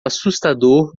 assustador